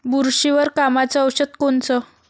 बुरशीवर कामाचं औषध कोनचं?